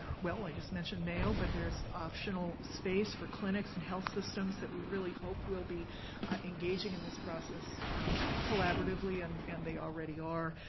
well i just mentioned mayo, but there's optional space for clinics and health systems that we really hope will be engaging in this process collaboratively and and they already are.